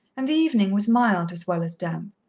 and the evening was mild as well as damp.